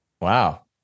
Wow